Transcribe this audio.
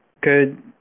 good